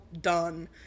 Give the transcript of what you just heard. done